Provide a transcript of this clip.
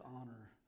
honor